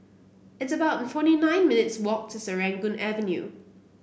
it's about forty nine minutes' walk to Serangoon Avenue